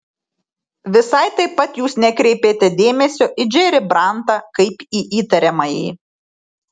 visai taip pat jūs nekreipėte dėmesio į džerį brantą kaip į įtariamąjį